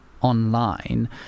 online